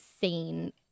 scene